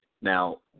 Now